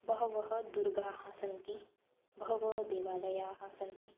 बहवः दुर्गाः सन्ति बहवः देवालयाः सन्ति